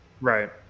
Right